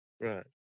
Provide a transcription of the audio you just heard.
Right